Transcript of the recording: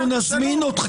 לא, אנחנו נזמין אותך.